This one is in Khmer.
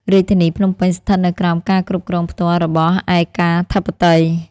រាជធានីភ្នំពេញស្ថិតនៅក្រោមការគ្រប់គ្រងផ្ទាល់របស់ឯកាធិបតី។